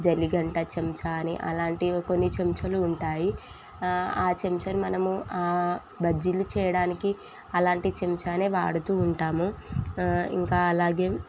జల్లి ఘంటా చెంచా అని అలాంటివి కొన్ని చెంచాలు ఉంటాయి ఆ చెంచాను మనము బజ్జీలు చేయడానికి అలాంటి చెంచానే వాడుతూ ఉంటాము ఇంకా అలాగే